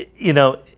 you know,